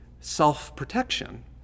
self-protection